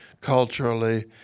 culturally